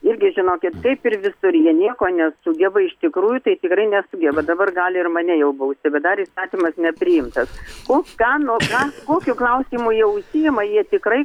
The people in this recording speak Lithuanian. irgi žinokit kaip ir visur jie nieko nesugeba iš tikrųjų tai tikrai nesugeba dabar gali ir mane jau bausti bet dar įstatymas nepriimtas už ką nuo kokiu klausimu jie užsiima jie tikrai